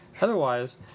Otherwise